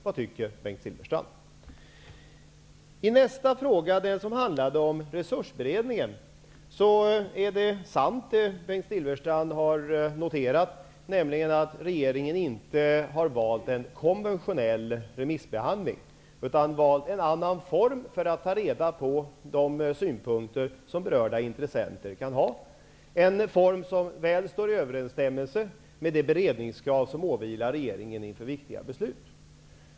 Vad tycker Bengt I nästa fråga, som handlade om resursberedningen, är det som Bengt Silfverstrand har noterat sant, nämligen att regeringen inte har valt en konventionell remissbehandling, utan en annan form för att ta reda på de synpunkter som berörda intressenter kan ha. Det är en form som väl står i överensstämmelse med det beredningskrav som åvilar regeringen inför viktiga beslut.